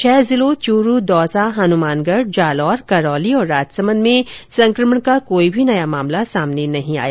छह जिलों चूरू दौसा हनुमानगढ़ जालौर करौली और राजसमंद में संकमण का कोई भी नया मामला नहीं मिला